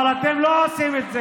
אבל אתם לא עושים את זה,